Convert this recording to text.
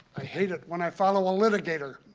i hate it when i follow a litigator.